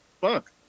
Fuck